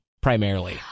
primarily